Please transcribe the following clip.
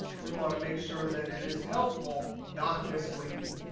we want to make sure that it is helpful, not misleading.